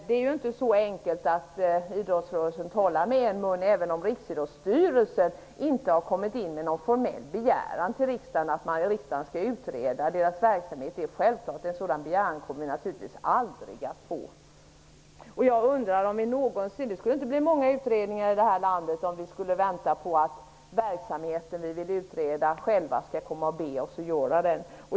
Det är ju inte så enkelt så att man inom idrottsrörelsen talar med en röst. Det är självklart att riksdagen inte kommer att få någon formell begäran från styrelsen för Riksidrottsförbundet att utreda verksamheten. Det skulle inte bli många utredningar gjorda i det här landet om vi skulle vänta på att de som företräder verksamheterna som skall utredas själva skulle begära att de skulle utföras.